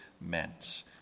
meant